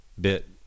bit